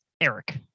Eric